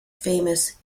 famous